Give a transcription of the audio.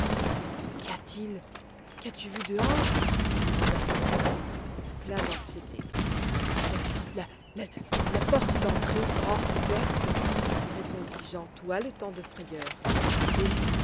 qu'y a-t-il qu'as-tu vu dehors demanda sébastien plein d'anxiété la porte d'entrée grande ouverte répondit jean tout haletant de frayeur et